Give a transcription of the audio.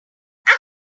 adre